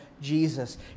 Jesus